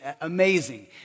amazing